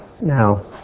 Now